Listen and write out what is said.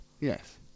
yes